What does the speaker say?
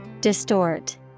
Distort